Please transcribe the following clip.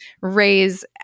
raise